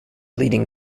leading